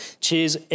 Cheers